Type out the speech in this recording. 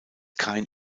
kein